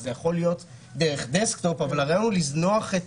אז זה יכול להיות דרך דסקטופ אבל הרעיון הוא לזנוח את